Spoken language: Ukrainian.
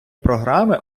програми